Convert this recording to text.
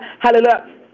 Hallelujah